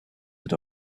had